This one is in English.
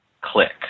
click